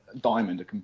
diamond